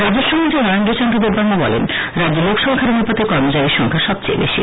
রাজস্বমন্ত্রী নরেন্দ্র চন্দ্র দেববর্মা বলেন রাজ্যে লোকসংখ্যার অনুপাতে কর্মচারীর সংখ্যা সবচেয়ে বেশি